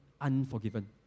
unforgiven